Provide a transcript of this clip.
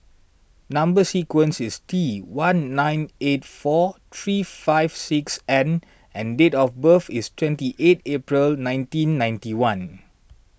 Number Sequence is T one nine eight four three five six N and date of birth is twenty eight April nineteen ninety one